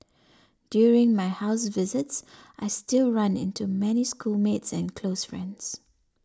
during my house visits I still run into many schoolmates and close friends